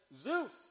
Zeus